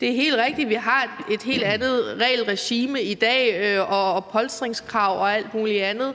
Det er helt rigtigt, at vi har et helt andet regelregime i dag og polstringskrav og alt muligt andet,